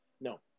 No